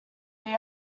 they